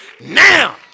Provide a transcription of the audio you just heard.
now